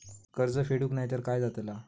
कर्ज फेडूक नाय तर काय जाताला?